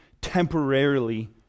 temporarily